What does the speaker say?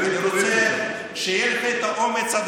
אני רוצה שיהיה לך את האומץ,